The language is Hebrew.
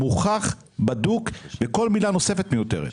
זה מוכח, בדוק, וכל מילה נוספת מיותרת.